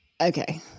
okay